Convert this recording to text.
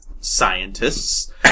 scientists